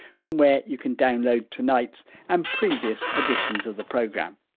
from where you can download tonight's and previous editions of the programme.